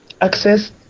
access